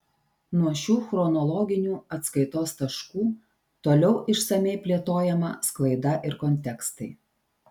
nuo šių chronologinių atskaitos taškų toliau išsamiai plėtojama sklaida ir kontekstai